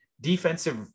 defensive